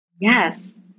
Yes